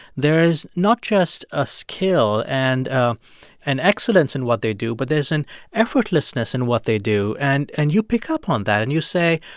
there's not just a skill and ah an excellence in what they do, but there's an effortlessness in what they do. and and you pick up on that, and you say,